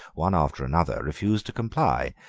one after another, refused to comply,